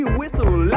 whistle